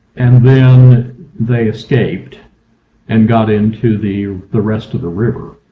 and then they escaped and got into the the rest of the river.